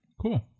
cool